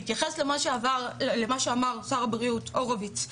בהתייחס למה שאמר שר הבריאות הורוביץ,